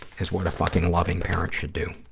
is what a fucking loving parent should do.